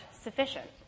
sufficient